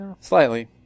Slightly